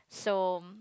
so mm